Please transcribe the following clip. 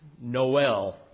Noel